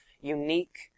unique